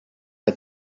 que